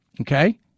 Okay